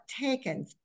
taken